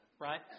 right